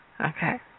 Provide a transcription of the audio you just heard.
Okay